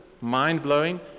mind-blowing